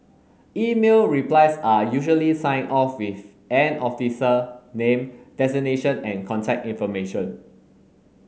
email replies are usually signed off with an officer name designation and contact information